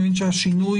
כניסה או יציאה?